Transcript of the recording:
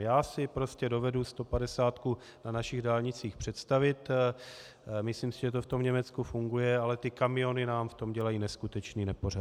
Já si prostě dovedu 150 na našich dálnicích představit, myslím si, že to v tom Německu funguje, ale kamiony nám v tom dělají neskutečný nepořádek.